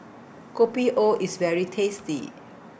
Kopi O IS very tasty